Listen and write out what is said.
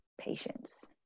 patience